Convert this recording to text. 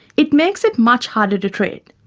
it makes it much harder to treat.